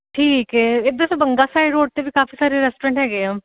ਠੀਕ ਏ ਇਧਰ ਬੰਗਾ ਸਾਈਡ ਰੋਡ 'ਤੇ ਵੀ ਕਾਫੀ ਸਾਰੇ ਰੈਸਟੋਰੈਂਟ ਹੈਗੇ ਆ